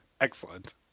Excellent